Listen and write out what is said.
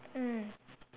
mm